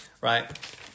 right